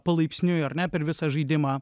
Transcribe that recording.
palaipsniui ar ne per visą žaidimą